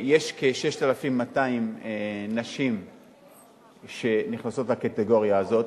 יש כ-6,200 נשים שנכנסות לקטגוריה הזאת,